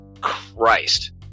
Christ